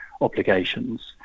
obligations